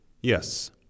Yes